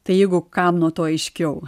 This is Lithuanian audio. tai jeigu kam nuo to aiškiau